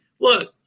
look